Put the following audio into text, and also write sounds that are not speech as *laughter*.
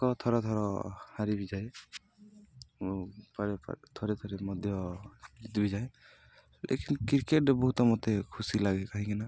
ଏକ ଥର ଥର ହାରି ବିି ଯାଏ ଓ ଥରେ ଥରେ ମଧ୍ୟ ଜିତି ବିି ଯାଏ *unintelligible* କ୍ରିକେଟ ବହୁତ ମୋତେ ଖୁସି ଲାଗେ କାହିଁକିନା